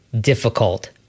difficult